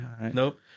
Nope